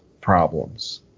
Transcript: problems